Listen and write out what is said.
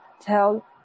tell